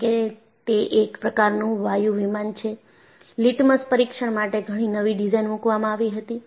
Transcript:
કેમકે તે એક પ્રકારનું વાયુ વિમાન છે લિટમસ પરીક્ષણ માટે ઘણી નવી ડિઝાઇન મૂકવામાં આવી હતી